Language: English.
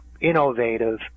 innovative